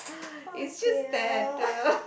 oh dear